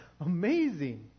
amazing